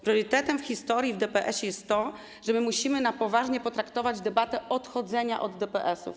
Priorytetem w historii o DPS-ie jest to, że musimy na poważnie potraktować debatę odchodzenia od DPS-ów.